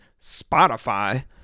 Spotify